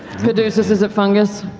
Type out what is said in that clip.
caduceus, is it fungus?